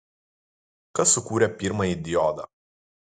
kas sukūrė pirmąjį diodą